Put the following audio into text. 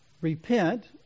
repent